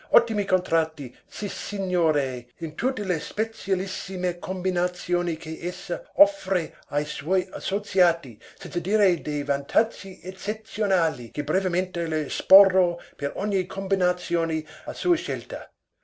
ottimi contratti sissignore in tutte le spezialissime combinazioni che essa offre ai suoi assoziati senza dire dei vantazzi ezzezionali che brevemente le esporrò per ogni combinazione a sua scelta